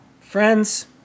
Friends